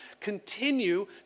continue